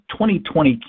2020